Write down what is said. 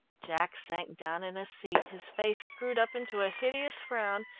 jack sank down in a seat, his face screwed up into a hideous frown,